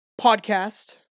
podcast